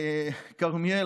כרמיאל,